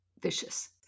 vicious